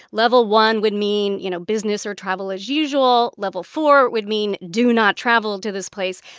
level one would mean, you know, business or travel as usual. level four would mean do not travel to this place.